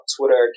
Twitter